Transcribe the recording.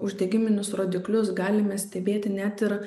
uždegiminius rodiklius galime stebėti net ir